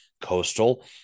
coastal